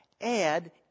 add